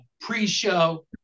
pre-show